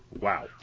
Wow